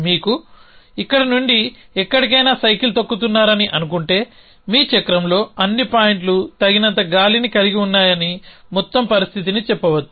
మీరు ఇక్కడి నుండి ఎక్కడికైనా సైకిల్ తొక్కుతున్నారని అనుకుంటే మీ చక్రంలో అన్ని పాయింట్లు తగినంత గాలిని కలిగి ఉన్నాయని మొత్తం పరిస్థితిని చెప్పవచ్చు